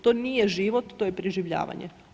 To nije život, to je preživljavanje.